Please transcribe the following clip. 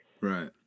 Right